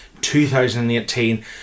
2018